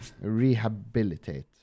Rehabilitate